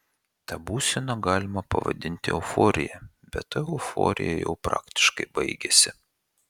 tą būseną galima pavadinti euforija bet ta euforija jau praktiškai baigėsi